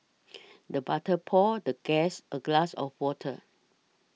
the butler poured the guest a glass of water